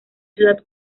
ciudad